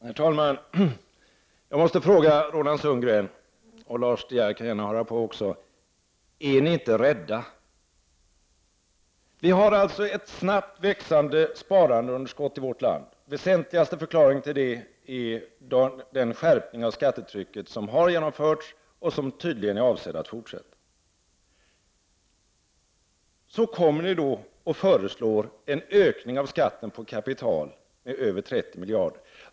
Herr talman! Jag måste fråga Roland Sundgren, och Lars De Geer kan gärna höra på också: Är ni inte rädda? Vi har ett snabbt växande sparandeunderskott i vårt land. Väsentligaste förklaringen till det är den skärpning av skattetrycket som har genomförts och som tydligen är avsedd att fortsätta. Så kommer ni då och föreslår en ökning av skatten på kapital med över 30 miljarder.